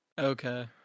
Okay